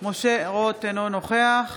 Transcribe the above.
משה רוט, אינו נוכח